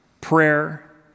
prayer